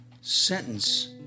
sentence